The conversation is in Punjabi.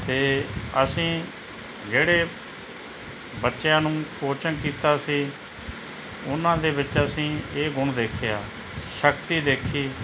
ਅਤੇ ਅਸੀਂ ਜਿਹੜੇ ਬੱਚਿਆਂ ਨੂੰ ਕੋਚਿੰਗ ਕੀਤਾ ਸੀ ਉਹਨਾਂ ਦੇ ਵਿੱਚ ਅਸੀਂ ਇਹ ਗੁਣ ਦੇਖਿਆ ਸ਼ਕਤੀ ਦੇਖੀ